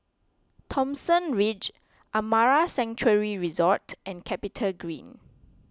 Thomson Ridge Amara Sanctuary Resort and CapitaGreen